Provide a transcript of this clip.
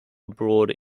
broad